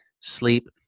sleep